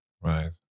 Right